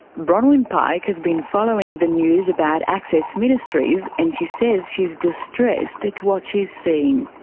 bronwyn pike has been following the news about access ministries, and she says she's distressed at what she's seeing.